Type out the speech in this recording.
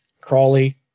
Crawley